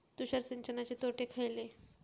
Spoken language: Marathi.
तुषार सिंचनाचे तोटे खयले?